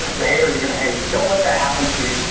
the haters are gonna hate. so don't let that happen to you.